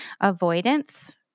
avoidance